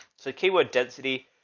so keyword density.